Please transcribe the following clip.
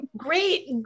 Great